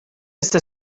este